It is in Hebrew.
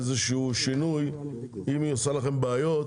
איזשהו שינוי, אם היא עושה לכם בעיות